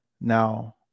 now